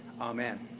Amen